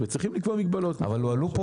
וצריכים לקבוע מגבלות -- אבל הועלו פה